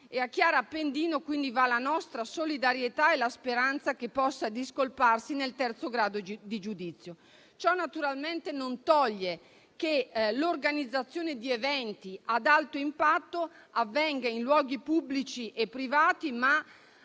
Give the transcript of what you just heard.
A Chiara Appendino, quindi, vanno la nostra solidarietà e la speranza che possa discolparsi nel terzo grado di giudizio. Ciò naturalmente non toglie che l'organizzazione di eventi ad alto impatto avvenga in luoghi pubblici e privati ma